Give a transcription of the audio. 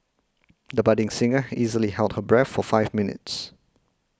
the budding singer easily held her breath for five minutes